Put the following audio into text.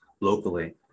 locally